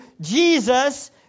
Jesus